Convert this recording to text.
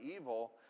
evil